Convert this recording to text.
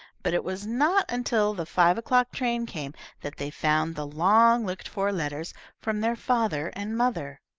but it was not until the five o'clock train came that they found the long-looked-for letters from their father and mother.